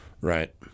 Right